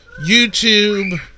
YouTube